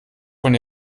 von